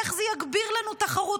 איך זה יגביר לנו תחרות.